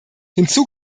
hinzu